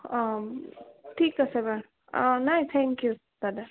অ' ঠিক আছে বাৰু নাই ঠেংক ইউ দাদা